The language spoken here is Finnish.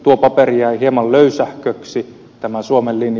tuo paperi jäi hieman löysähköksi tämä suomen linja